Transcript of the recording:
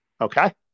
okay